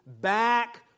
back